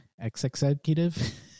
ex-executive